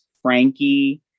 Frankie